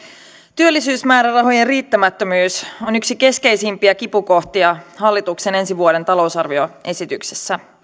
työllisyysmäärärahojen riittämättömyys on yksi keskeisimpiä kipukohtia hallituksen ensi vuoden talousarvioesityksessä